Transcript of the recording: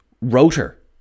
rotor